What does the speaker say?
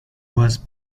was